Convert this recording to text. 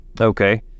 Okay